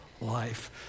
life